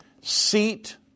seat